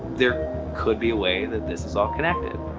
there could be a way that this is all connected.